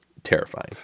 terrifying